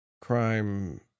crime